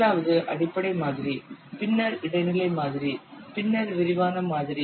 முதலாவது அடிப்படை மாதிரி பின்னர் இடைநிலை மாதிரி பின்னர் விரிவான மாதிரி